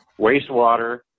Wastewater